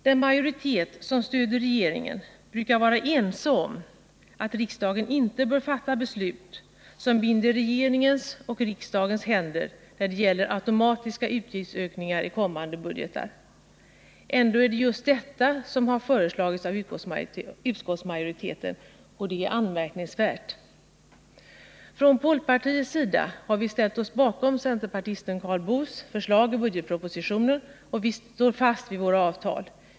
Den majoritet som stöder regeringen brukar vara ense om att riksdagen inte bör fatta beslut som binder regering och riksdag när det gäller automatiska utgiftsökningar i kommande budgeter. Ändå är det just detta som har föreslagits av utskottsmajoriteten, och det är anmärkningsvärt. Från folkpartiets sida har vi ställt oss bakom centerpartisten Karl Boos förslag i budgetpropositionen, och vi står fast vid våra avtal.